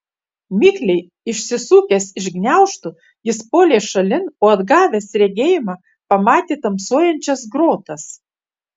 mikliai išsisukęs iš gniaužtų jis puolė šalin o atgavęs regėjimą pamatė tamsuojančias grotas